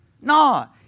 No